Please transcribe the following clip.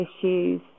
issues